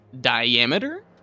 diameter